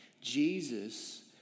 Jesus